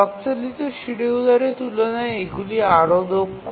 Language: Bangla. ক্লক চালিত শিডিয়ুলারের তুলনায় এগুলি আরও দক্ষ